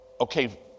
okay